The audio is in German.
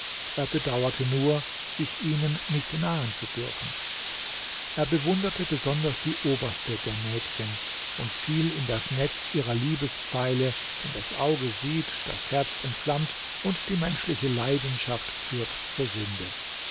er bedauerte nur sich ihnen nicht nahen zu dürfen er bewunderte besonders die oberste der mädchen und fiel in das netz ihrer liebespfeile denn das auge sieht das herz entflammt und die menschliche leidenschaft führt zur sünde